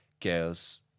girls